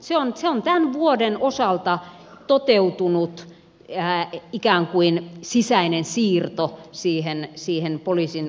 se on tämän vuoden osalta toteutunut ikään kuin sisäinen siirto siihen poliisin kenttätoimintaan